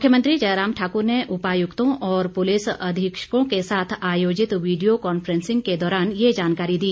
मुख्यमंत्री जयराम ठाकुर ने उपायुक्तों और पुलिस अधीक्षकों के साथ आयोजित विडियो कॉन्फ्रेंसिंग के दौरान ये जानकारी दी